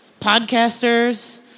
podcasters